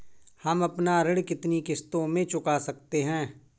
हम अपना ऋण कितनी किश्तों में चुका सकते हैं?